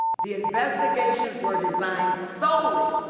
the investigations were designed solely